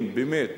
אם באמת